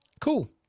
Cool